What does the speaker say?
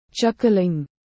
Chuckling